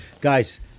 Guys